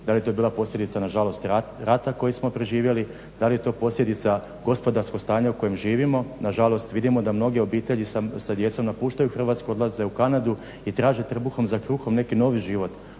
dal je to bila posljedica nažalost rata koji smo proživjeli, da li je to posljedica gospodarskog stanja u kojem živimo. Nažalost vidimo da mnoge obitelji sa djecom napuštaju Hrvatsku, odlaze u Kanadu i traže trbuhom za kruhom neki novi život,